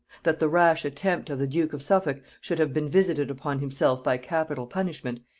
that the rash attempt of the duke of suffolk should have been visited upon himself by capital punishment,